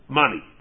money